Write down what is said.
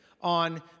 on